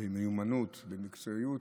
במיומנות, במקצועיות.